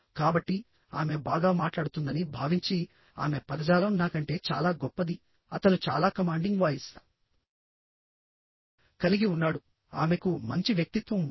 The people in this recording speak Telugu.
కాబట్టి ఆమె బాగా మాట్లాడుతుందని భావించి ఆమె పదజాలం నాకంటే చాలా గొప్పది అతను చాలా కమాండింగ్ వాయిస్ కలిగి ఉన్నాడు ఆమెకు మంచి వ్యక్తిత్వం ఉంది